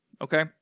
okay